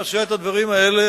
את הדברים האלה,